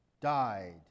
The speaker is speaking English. died